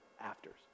afters